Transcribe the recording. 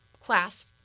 class